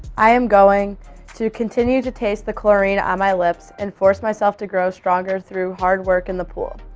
i am going to continue to taste the chlorine on my lips and force myself to grow stronger through hard work in the pool.